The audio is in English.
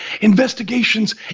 Investigations